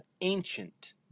Ancient